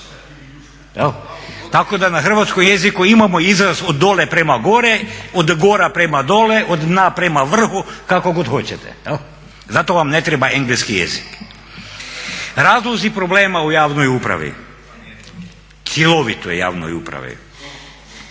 Tako da na hrvatskom jeziku imamo izraz od dole prema gore, od gore prema dole, od dna prema vrhu kako god hoćete. Zato vam ne treba engleski jezik. Razlozi problema u javnoj upravi, cjelovitoj javnoj upravi,